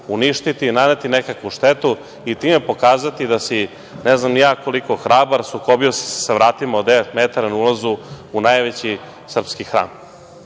uništiti, naneti štetu i time pokazati da si ne znam ni ja koliko hrabar, sukobio si se sa vratima od devet metara na ulazu u najveći srpski hram.